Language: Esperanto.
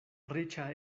riĉa